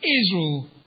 Israel